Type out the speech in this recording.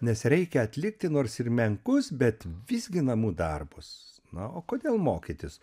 nes reikia atlikti nors ir menkus bet visgi namų darbus na o kodėl mokytis